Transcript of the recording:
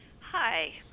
Hi